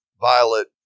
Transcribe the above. violet